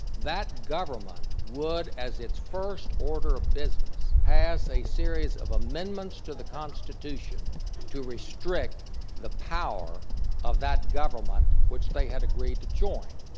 that government would, as its first order of business, pass a series of amendments of the constitution to restrict the power of that government which they had agreed to join.